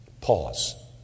pause